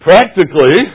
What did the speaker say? Practically